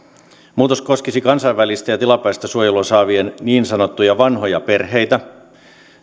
muutos koskisi kansainvälistä ja tilapäistä suojelua saavien niin sanottuja vanhoja perheitä